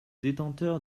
détenteur